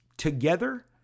Together